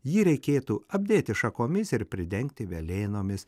jį reikėtų apdėti šakomis ir pridengti velėnomis